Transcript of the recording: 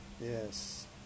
Yes